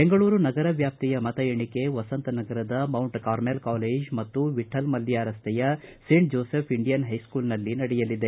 ಬೆಂಗಳೂರು ನಗರ ವ್ಯಾಪ್ತಿಯ ಮತ ಎಣಿಕೆ ವಸಂತನಗರದ ಮೌಂಟ್ ಕಾರ್ಮೆಲ್ ಕಾಲೇಜ್ ಮತ್ತು ವಿಠಲ ಮಲ್ಯ ರಸ್ತೆಯ ಸೆಂಟ್ ಜೋಸೆಫ್ ಇಂಡಿಯನ್ ಹೈಸ್ಕೂಲ್ನಲ್ಲಿ ನಡೆಯಲಿದೆ